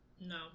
No